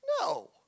No